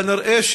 כנראה,